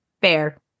Fair